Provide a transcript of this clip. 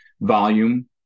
volume